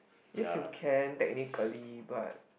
this should can technically but